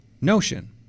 notion